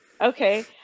Okay